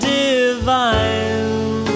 divine